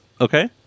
Okay